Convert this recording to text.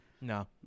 No